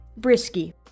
Brisky